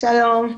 שלום,